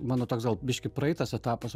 mano toks gal biškį praeitas etapas